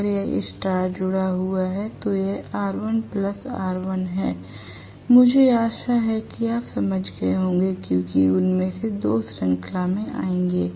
अगर यह स्टार जुड़ा हुआ है तो यह R1 R1 है मुझे आशा है कि आप समझ गए होंगे क्योंकि उनमें से 2 श्रृंखला में आएंगे